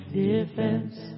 defense